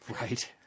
Right